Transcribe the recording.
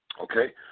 Okay